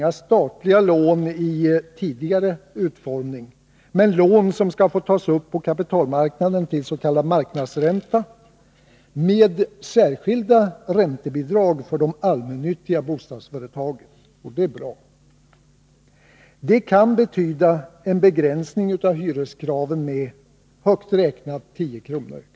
Det är inte några statliga lån i tidigare utformning utan lån som skall få tas upp på kapitalmarknaden till s.k. marknadsränta men med särskilda räntebidrag för de allmännyttiga bostadsföretagen — och det är bra. Detta kan betyda en begränsning av hyreskraven med, högt räknat, 10 kr. per m?.